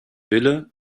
wille